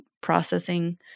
processing